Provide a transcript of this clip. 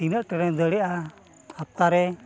ᱛᱤᱱᱟᱹᱜ ᱫᱟᱹᱲᱮᱫᱼᱟ ᱦᱟᱯᱛᱟ ᱨᱮ